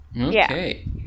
Okay